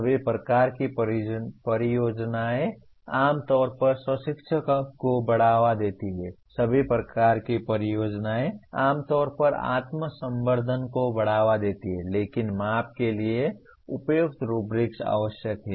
सभी प्रकार की परियोजनाएं आम तौर पर स्व शिक्षा को बढ़ावा देती हैं सभी प्रकार की परियोजनाएं आम तौर पर आत्म संवर्धन को बढ़ावा देती हैं लेकिन माप के लिए उपयुक्त रुब्रिक आवश्यक हैं